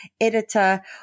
editor